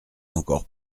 encore